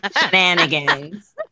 shenanigans